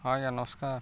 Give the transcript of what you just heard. ହଁ ଆଜ୍ଞା ନମସ୍କାର